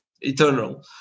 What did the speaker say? eternal